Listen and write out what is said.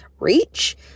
reach